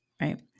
right